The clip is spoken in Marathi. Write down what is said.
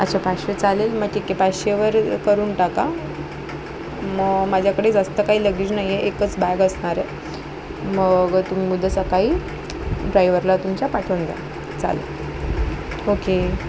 अच्छा चालेल मग ठीक आहे पाचशेवर करून टाका मग माझ्याकडे जास्त काही लगेज नाही आहे एकच बॅग असणार आहे मग तुम्ही उद्या सकाळी ड्रायवरला तुमच्या पाठवून द्या चालेल ओके